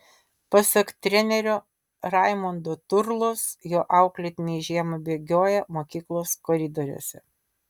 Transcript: pasak trenerio raimondo turlos jo auklėtiniai žiemą bėgioja mokyklos koridoriuose